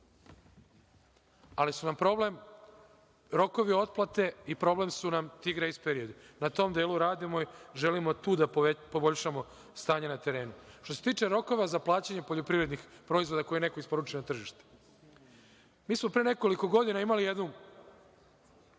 ali su nam problem rokovi otplate i problem su nam ti grejs periodi. Na tom delu radimo i želimo tu da poboljšamo stanje na terenu. Što se tiče rokova za plaćanje poljoprivrednih proizvoda koje je neko isporučio na tržištu, mi smo pre nekoliko godina imali jednu